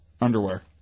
underwear